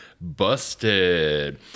Busted